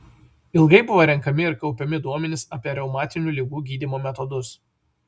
ilgai buvo renkami ir kaupiami duomenys apie reumatinių ligų gydymo metodus